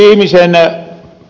arvoisa puhemies